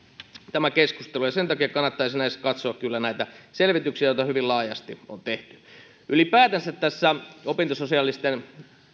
ja sen takia kannattaisi katsoa kyllä näitä selvityksiä joita hyvin laajasti on tehty ylipäätänsä tässä opintososiaalisten